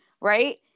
Right